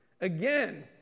Again